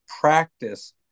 practice